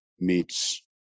meets